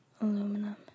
aluminum